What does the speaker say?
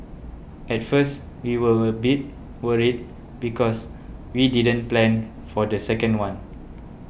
at first we were a bit worried because we didn't plan for the second one